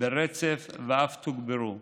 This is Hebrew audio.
ברצף ואף תוגברו.